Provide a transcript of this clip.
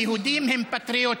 יהודים הם פטריוטים,